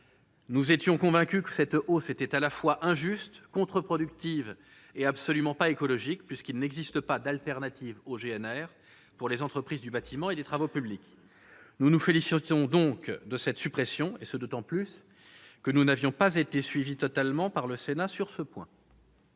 Nous étions convaincus que cette hausse était à la fois injuste, contre-productive et absolument pas écologique, puisqu'il n'existe pas d'alternative au GNR pour les entreprises du bâtiment et des travaux publics. Nous nous félicitons donc de cette suppression, et ce d'autant plus que nous n'avions pas été suivis totalement par le Sénat sur ce point.